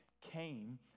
came